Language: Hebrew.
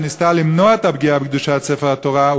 שניסתה למנוע את הפגיעה בקדושת ספר התורה,